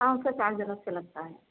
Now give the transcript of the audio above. ہاں اُس کا چارج الگ سے لگتا ہے